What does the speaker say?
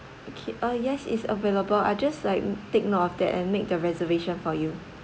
okay uh yes it's available I just like take note of that and make the reservation for you